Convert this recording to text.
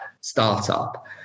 startup